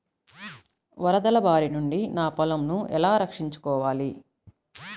వరదల భారి నుండి నా పొలంను ఎలా రక్షించుకోవాలి?